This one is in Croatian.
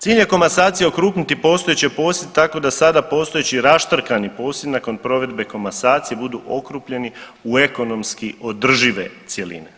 Cilj je komasacije okrupniti postojeće posjede tako da sada postojeći raštrkani posjed nakon provedbe komasacije budu okrupnjeni u ekonomski održive cjeline.